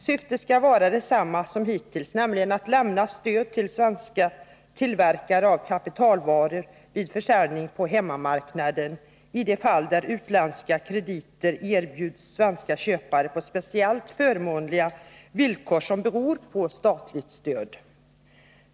Syftet skall vara detsamma som hittills, nämligen att lämna stöd till svenska tillverkare av kapitalvaror vid försäljning på hemmamarknaden i de fall då utländska krediter erbjuds svenska köpare på speciellt förmånliga villkor, som beror på statligt stöd.